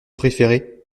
préféré